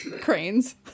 Cranes